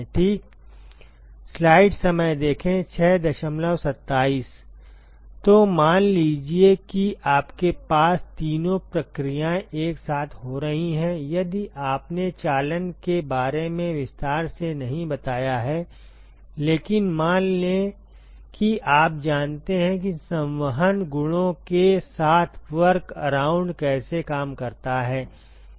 ठीक तो मान लीजिए कि आपके पास तीनों प्रक्रियाएं एक साथ हो रही हैंयदि आपने चालन के बारे में विस्तार से नहीं बताया है लेकिन मान लें कि आप जानते हैं कि संवहन गुणों के साथ वर्कअराउंड कैसे काम करता है